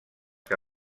que